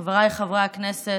חבריי חברי הכנסת,